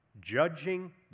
Judging